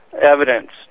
evidence